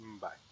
Bye